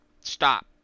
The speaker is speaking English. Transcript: stop